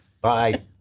Bye